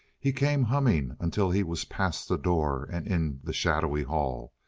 he came humming until he was past the door and in the shadowy hall.